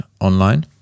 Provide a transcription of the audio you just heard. online